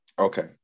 Okay